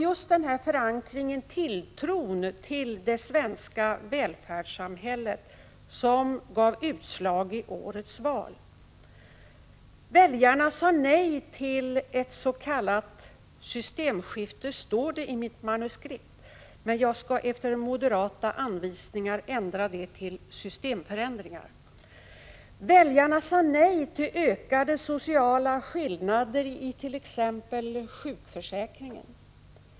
Just den här tilltron till det svenska välfärdssamhället var det som gav utslag i årets val. Väljarna sade nej till ”ett s.k. systemskifte”, står det i mitt manuskript. Efter moderata anvisningar skall jag ändra det till ”systemförändringar”. Väljarna sade nej till ökade sociala skillnader i t.ex. sjukförsäkringen.